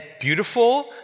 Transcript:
beautiful